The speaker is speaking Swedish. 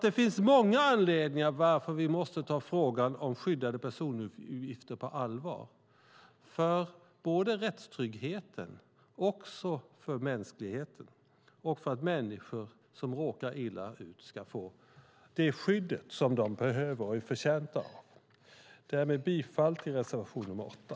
Det finns alltså många anledningar till att vi måste ta frågan om skyddade personuppgifter på allvar, för både rättstryggheten och mänskligheten och för att människor som råkar illa ut ska få det skydd som de behöver och är förtjänta av. Jag yrkar bifall till reservation nr 8.